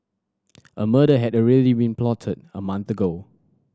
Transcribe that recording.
a murder had already been plotted a month ago